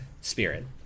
spirit